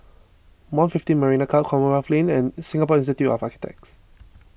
one fifteen Marina Club Commonwealth Lane and Singapore Institute of Architects